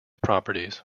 properties